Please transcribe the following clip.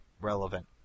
relevant